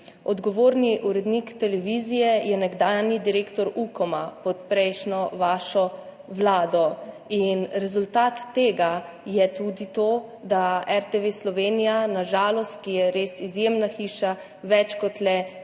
Odgovorni urednik televizije je nekdanji direktor Ukoma pod prejšnjo, vašo vlado. Rezultat tega je tudi to, da RTV Slovenija, ki je res izjemna hiša, več kot le medijski